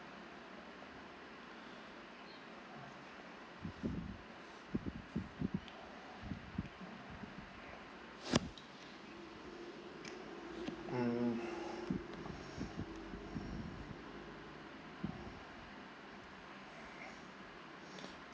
mm